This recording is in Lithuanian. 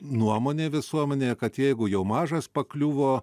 nuomonė visuomenėje kad jeigu jau mažas pakliuvo